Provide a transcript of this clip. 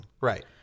Right